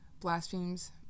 blasphemes